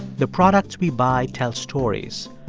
the products we buy tell stories,